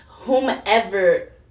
whomever